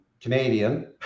Canadian